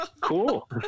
Cool